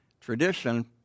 Tradition